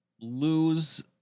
lose